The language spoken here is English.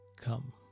Come